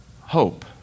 hope